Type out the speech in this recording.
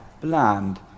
bland